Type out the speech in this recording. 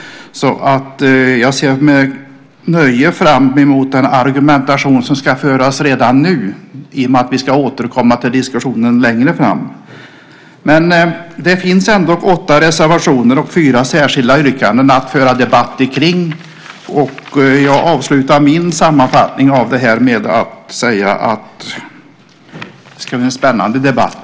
Jag ser med nöje fram mot den argumentation som redan nu ska föras med tanke på att vi ska återkomma till diskussionen längre fram. Det finns ändå åtta reservationer och fyra särskilda yrkanden att föra debatt omkring. Jag avslutar min sammanfattning av detta med att säga att det ska bli en spännande debatt.